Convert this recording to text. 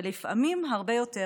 ולפעמים הרבה יותר,